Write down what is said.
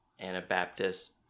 Anabaptist